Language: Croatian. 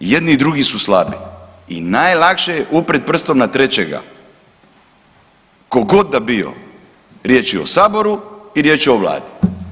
I jedni i drugi su slabi i najlakše upri prstom na trećega ko god da bio, riječ je o saboru i riječ je o vladi.